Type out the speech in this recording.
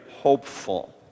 hopeful